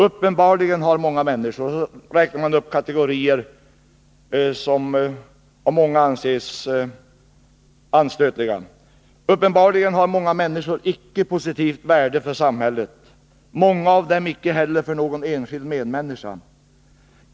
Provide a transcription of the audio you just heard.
Uppenbarligen har många människor ——— icke något positivt värde för samhället, många av dem icke heller för någon enskild medmänniska.